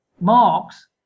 Marx